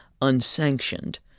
unsanctioned